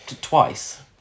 twice